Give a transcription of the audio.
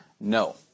No